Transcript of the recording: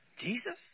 Jesus